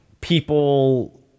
people